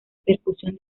percusión